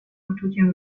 poczuciem